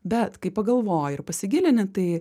bet kai pagalvoji ir pasigilini tai